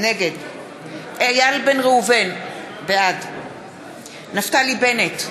נגד איל בן ראובן, בעד נפתלי בנט,